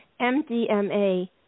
MDMA